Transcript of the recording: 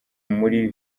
muri